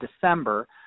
December